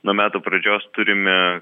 nuo metų pradžios turime